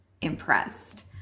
impressed